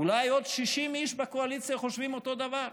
אולי עוד 60 איש בקואליציה חושבים אותו דבר.